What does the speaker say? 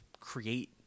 create